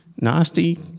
nasty